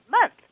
month